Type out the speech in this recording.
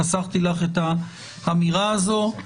חסכתי לך את האמירה הזאת,